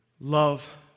love